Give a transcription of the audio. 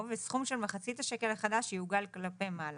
וסכום של מחצית השקל החדש יעוגל כלפי מעלה,